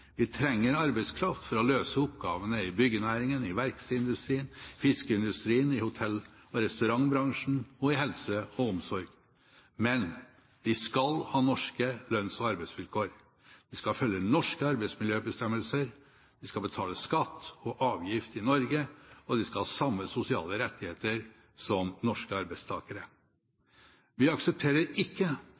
Vi trenger arbeidskraft for å løse oppgavene i byggenæringen, i verkstedindustrien, i fiskeindustrien, i hotell- og restaurantbransjen og i helse- og omsorgssektoren. Men de skal ha norske lønns- og arbeidsvilkår. De skal følge norske arbeidsmiljøbestemmelser, de skal betale skatt og avgift i Norge, og de skal ha samme sosiale rettigheter som norske arbeidstakere. Vi aksepterer ikke